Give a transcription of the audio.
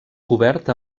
cobert